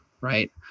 right